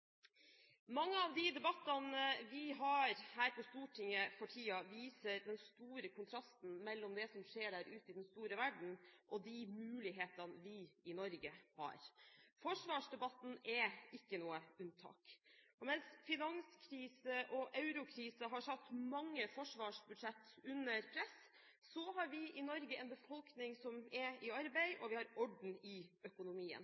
Mange av debattene vi har her på Stortinget for tiden, viser den store kontrasten mellom det som skjer der ute i den store verden, og de mulighetene vi i Norge har. Forsvarsdebatten er ikke noe unntak. Mens finanskrise og eurokrise har satt mange forsvarsbudsjett under press, har vi i Norge en befolkning som er i arbeid, og vi har orden i økonomien.